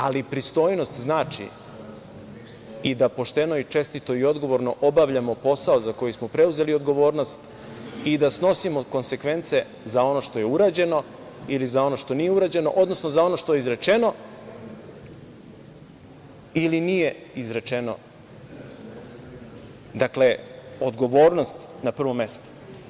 Ali, pristojnost znači i da pošteno i čestito i odgovorno obavljamo posao za koji smo preuzeli odgovornost i da snosimo konsekvence za ono što je urađeno ili za ono što nije urađeno, odnosno za ono što je izrečeno ili nije izrečeno, dakle, odgovornost na prvom mestu.